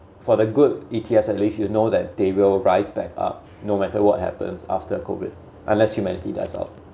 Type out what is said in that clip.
for the good E_T_Fs at least you know that they will rise back up no matter what happens after COVID unless humanity dies out